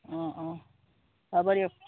অঁ অঁ হ'ব দিয়ক